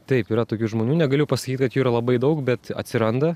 taip yra tokių žmonių negaliu pasakyt kad jų yra labai daug bet atsiranda